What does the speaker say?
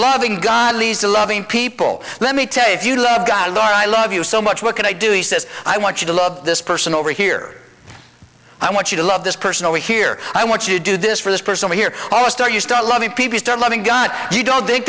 loving god leads to loving people let me tell you if you love god i love you so much what can i do he says i want you to love this person over here i want you to love this person over here i want you to do this for this person here oh star you start loving people start loving gun you don't